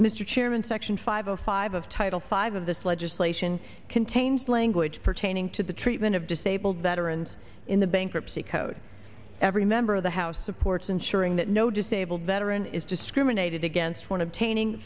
mr chairman section five of five of title five of this legislation contains language pertaining to the treatment of disabled veterans in the bankruptcy code every member of the house supports ensuring that no disabled veteran is discriminated against one of taining